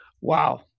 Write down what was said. Wow